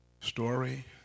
story